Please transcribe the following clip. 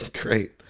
Great